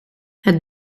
het